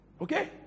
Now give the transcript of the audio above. Okay